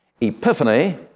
epiphany